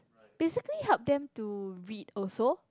basically help them to read also